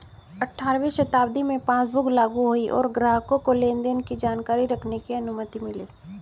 अठारहवीं शताब्दी में पासबुक लागु हुई और ग्राहकों को लेनदेन की जानकारी रखने की अनुमति मिली